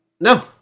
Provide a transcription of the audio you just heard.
No